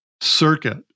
circuit